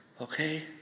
Okay